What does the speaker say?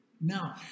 Now